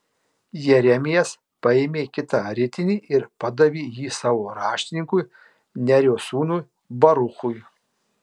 jeremijas paėmė kitą ritinį ir padavė jį savo raštininkui nerijos sūnui baruchui